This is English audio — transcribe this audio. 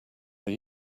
are